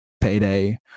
payday